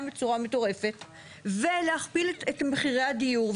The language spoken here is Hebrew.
בצורה מטורפת ולהכפיל את מחירי הדיור.